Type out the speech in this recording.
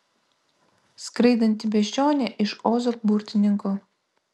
skraidanti beždžionė iš ozo burtininko